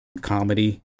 comedy